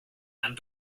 and